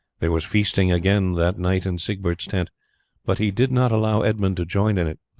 there was feasting again that night in siegbert's tent but he did not allow edmund to join in it,